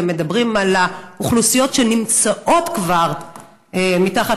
מדברים על האוכלוסיות שנמצאות כבר מתחת